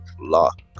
luck